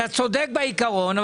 אתה צודק בעיקרון.